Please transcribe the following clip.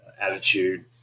attitude